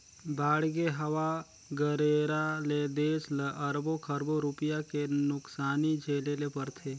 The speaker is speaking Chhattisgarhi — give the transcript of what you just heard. बाड़गे, हवा गरेरा ले देस ल अरबो खरबो रूपिया के नुकसानी झेले ले परथे